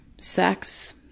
sex